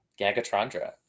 Gagatrandra